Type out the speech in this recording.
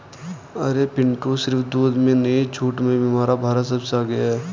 अरे पिंटू सिर्फ दूध में नहीं जूट में भी हमारा भारत सबसे आगे हैं